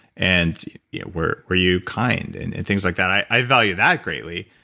and yeah were were you kind? and and things like that. i value that greatly.